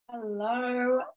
Hello